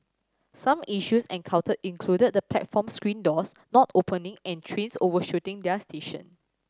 some issues encountered included the platform screen doors not opening and trains overshooting their station